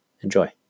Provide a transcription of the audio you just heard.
Enjoy